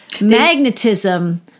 magnetism